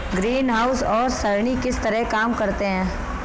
greenhouse सौर सरणी किस तरह काम करते हैं